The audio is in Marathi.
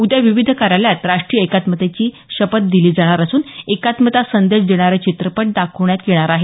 उद्या विविध कार्यालयांत राष्ट्रीय एकात्मतेची शपथ दिली जाणार असून एकात्मता संदेश देणारे चित्रपट दाखवण्यात येणार आहेत